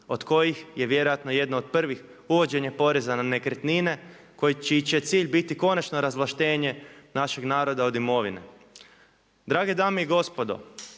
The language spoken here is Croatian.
od kojih je vjerojatno jedna od prvih uvođenje poreza na nekretnine čiji će cilj biti konačno razvlaštenje našeg naroda od imovine. Drage dame i gospodo,